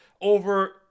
over